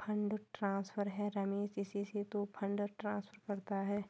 fund transfer है रमेश इसी से तो फंड ट्रांसफर करता है